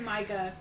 Mica